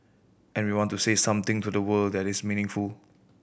and we want to say something to the world that is meaningful